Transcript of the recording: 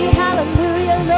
hallelujah